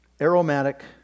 aromatic